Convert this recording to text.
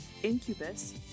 Incubus